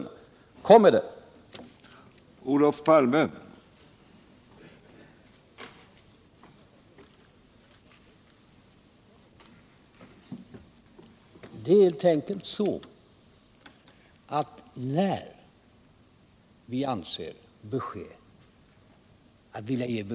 När kommer det?